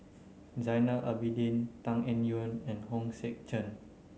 Zainal Abidin Tan Eng Yoon and Hong Sek Chern